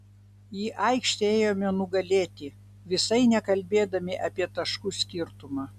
į aikštę ėjome nugalėti visai nekalbėdami apie taškų skirtumą